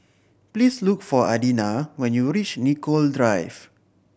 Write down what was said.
please look for Adina when you reach Nicoll Drive